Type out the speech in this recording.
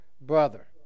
brother